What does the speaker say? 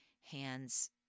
hands